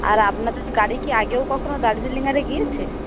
আর আপনাদের গাড়ি কি আগেও কখনও দার্জিলিং গিয়েছে